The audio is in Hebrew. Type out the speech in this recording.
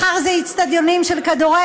מחר זה אצטדיונים של כדורגל,